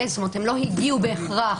זאת אומרת הם לא הגיעו בהכרח.